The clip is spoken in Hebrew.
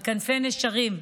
על כנפי נשרים.